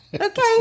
Okay